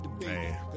Man